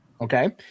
Okay